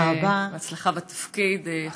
הצלחה בתפקיד.